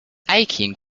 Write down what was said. aching